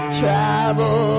travel